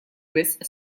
wisq